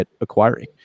acquiring